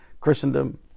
Christendom